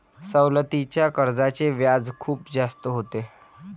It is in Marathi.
सवलतीच्या कर्जाचे व्याज खूप जास्त होते